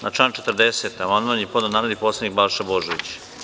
Na član 40. amandman je podneo narodni poslanik Balša Božović.